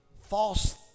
false